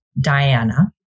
Diana